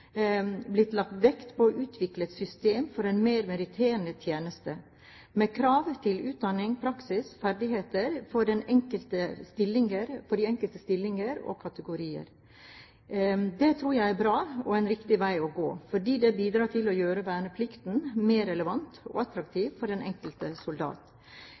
blitt lagt vekt på å utvikle et system for en mer meritterende tjeneste med krav til utdanning, praksis, ferdigheter for de enkelte stillinger og kategorier. Det tror jeg er bra og en riktig vei å gå, fordi det bidrar til å gjøre verneplikten mer relevant og attraktiv for den enkelte soldat.